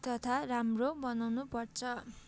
तथा राम्रो बनाउनु पर्छ